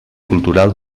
cultural